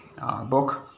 Book